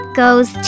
goes